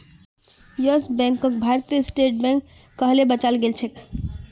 yes बैंकक भारतीय State Bank हालते बचाल गेलछेक